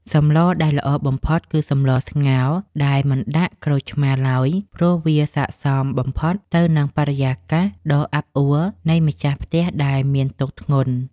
សម្លដែលល្អបំផុតគឺសម្លស្ងោរដែលមិនដាក់ក្រូចឆ្មារឡើយ ព្រោះវាសក្តិសមបំផុតទៅនឹងបរិយាកាសដ៏អាប់អួរនៃម្ចាស់ផ្ទះដែលមានទុក្ខធ្ងន់។